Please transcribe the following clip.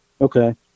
Okay